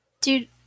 Dude